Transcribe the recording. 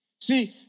See